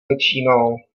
začínal